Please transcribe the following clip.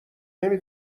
نمی